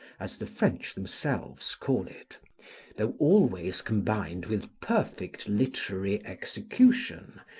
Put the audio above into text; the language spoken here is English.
as the french themselves call it though always combined with perfect literary execution,